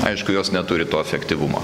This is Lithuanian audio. aišku jos neturi to efektyvumo